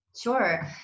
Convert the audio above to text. Sure